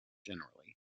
generally